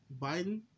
Biden